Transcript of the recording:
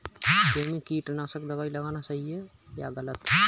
गेहूँ में कीटनाशक दबाई लगाना सही है या गलत?